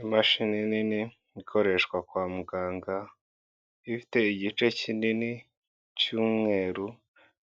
Imashini nini ikoreshwa kwa muganga, ifite igice kinini cy'umweru,